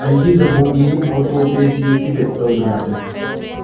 ꯑꯩꯒꯤ ꯖꯕꯣꯡꯒꯤ ꯑꯧꯇꯣꯄꯦ ꯗꯤꯑꯦꯛꯇꯤꯚꯦꯠ ꯇꯧꯕ ꯌꯥꯗ꯭ꯔꯦ